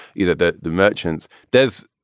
either the the merchants does.